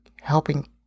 helping